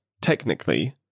technically